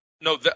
No